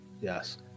Yes